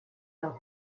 del